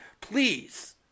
please